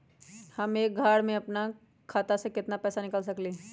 हम एक बार में अपना खाता से केतना पैसा निकाल सकली ह?